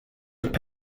could